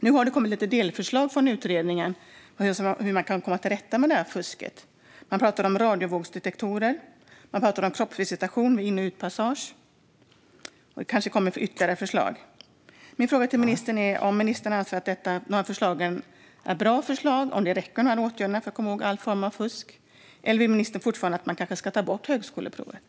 Nu har det kommit delförslag från utredningen om hur man kan komma till rätta med fusket. Man talar om radiovågsdetektorer och kroppsvisitation vid in och utpassage. Det kanske kommer ytterligare förslag. Min fråga till statsrådet är om statsrådet anser att detta är bra förslag och om dessa åtgärder räcker för att komma åt alla former av fusk. Eller tycker statsrådet fortfarande att man kanske ska ta bort högskoleprovet?